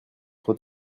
trop